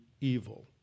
evil